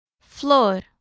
flor